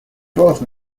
both